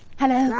hello.